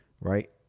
right